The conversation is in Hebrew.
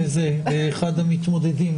אחד המתמודדים.